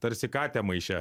tarsi katę maiše